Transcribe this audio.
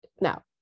Now